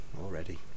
already